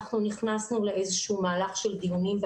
אנחנו נכנסנו לאיזשהו מהלך של דיונים.